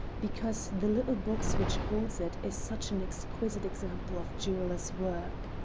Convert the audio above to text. because the little box which holds it is such an exquisite example of jewelers' work.